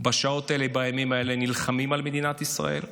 בשעות האלה ובימים האלה נלחמים על מדינת ישראל,